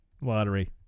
lottery